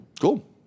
Cool